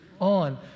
on